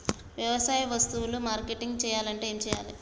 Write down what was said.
వ్యవసాయ వస్తువులు మార్కెటింగ్ చెయ్యాలంటే ఏం చెయ్యాలే?